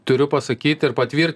turiu pasakyt ir patvir